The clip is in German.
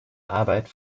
arbeit